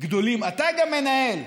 גדולים גם אתה מנהל,